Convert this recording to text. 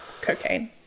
cocaine